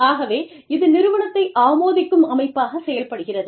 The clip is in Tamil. ஆகவே இது நிறுவனத்தை ஆமோதிக்கும் அமைப்பாக செயல்படுகிறது